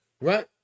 Right